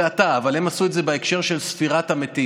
זה אתה, אבל הם עשו את זה בהקשר של ספירת המתים.